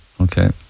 Okay